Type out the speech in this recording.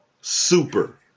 Super